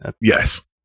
Yes